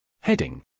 Heading